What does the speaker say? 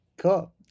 Cool